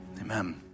amen